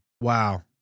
Wow